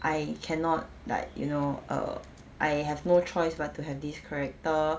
I cannot like you know err I have no choice but to have this character